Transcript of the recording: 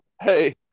Hey